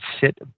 sit